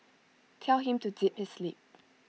tell him to zip his lip